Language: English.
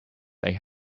they